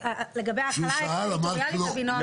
לגבי ההחלה הטריטוריאלית אבינועם התייחס.